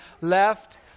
left